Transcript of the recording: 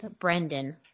Brendan